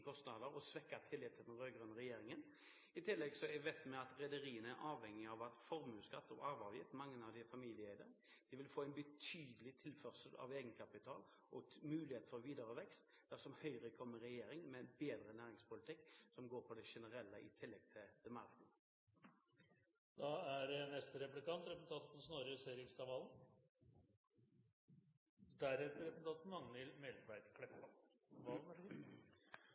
kostnader og førte til svekket tillit til den rød-grønne regjeringen. I tillegg vet vi at rederiene – mange av dem er familieeide – vil få en betydelig tilførsel av egenkapital og muligheter for videre vekst dersom Høyre kommer i regjering med en bedre næringspolitikk, som går på det generelle, i tillegg til det maritime. Representanten Kambe snakker om sjuårskrise. Det er et tema Kambe nok har lite erfaring med, og det er jo fordi Høyre aldri har hatt mandat fra velgerne til å regjere så